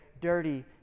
dirty